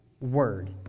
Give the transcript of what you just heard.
word